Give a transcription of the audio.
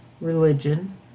religion